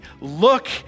look